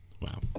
Wow